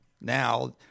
Now